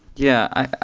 yeah,